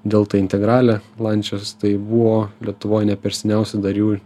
delta integrale lančijos tai buvo lietuvoj ne per seniausiai dar jų